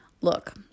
Look